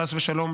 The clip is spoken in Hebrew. חס ושלום,